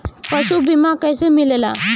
पशु बीमा कैसे मिलेला?